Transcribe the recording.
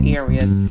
areas